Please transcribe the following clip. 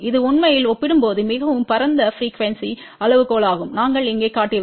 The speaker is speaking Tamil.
இது உண்மையில் ஒப்பிடும்போது மிகவும் பரந்த ப்ரிக்யூவென்ஸி அளவுகோலாகும் நாங்கள் இங்கே காட்டியவை